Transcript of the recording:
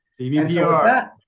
CBPR